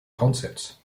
concepts